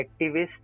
activist